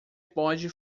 pode